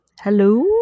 Hello